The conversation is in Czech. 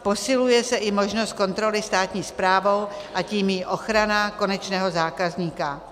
Posiluje se i možnost kontroly státní správou, a tím i ochrana konečného zákazníka.